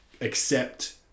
accept